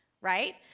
right